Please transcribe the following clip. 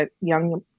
young